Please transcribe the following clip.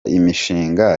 imishinga